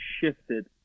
shifted